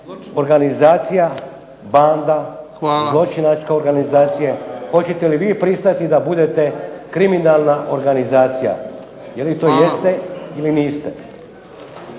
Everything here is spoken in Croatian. organizacija, banda, zločinačka organizacija. Hoćete li vi pristati da budete kriminalna organizacija jer vi to jeste ili niste.